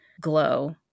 glow